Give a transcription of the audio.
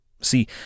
See